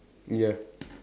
ya